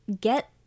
get